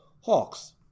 Hawks